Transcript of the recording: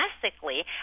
domestically